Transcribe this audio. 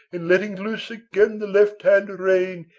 in letting loose again the left-hand rein